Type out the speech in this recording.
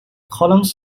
columns